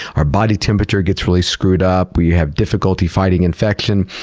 our body temperature gets really screwed up. we have difficulty fighting infection.